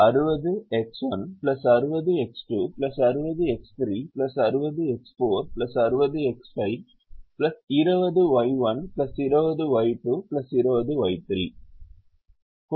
எனவே 60X1 60X2 60X3 60X4 60X5 20Y1 20Y2 20Y3